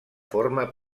forma